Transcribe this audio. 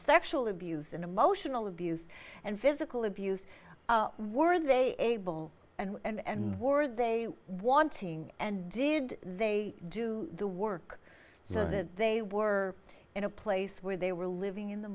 sexual abuse and emotional abuse and physical abuse were they able and war they wanting and did they do the work so that they were in a place where they were living in the